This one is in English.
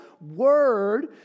Word